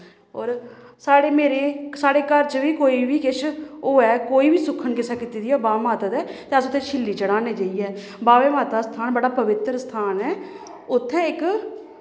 होर साढ़े मेरे साढ़े घर च बी कोई बी किश होऐ कोई बी सुक्खन कुसै कीती दी होऐ बाह्बै माता दे ते अस उत्थें छिल्ली चढ़ाने जाइयै बाह्वे माता दा स्थान बड़ा पवित्तर स्थान ऐ उत्थैं इक